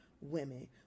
women